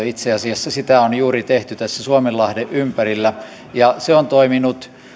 itse asiassa on juuri tehty tässä suomenlahden ympärillä ja se on toiminut